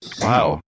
Wow